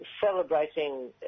celebrating